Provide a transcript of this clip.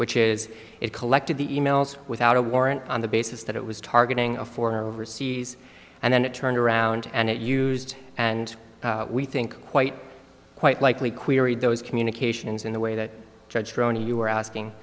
which is it collected the e mails without a warrant on the basis that it was targeting a foreigner overseas and then it turned around and it used and we think quite quite likely queried those communications in the way that judge droney you were asking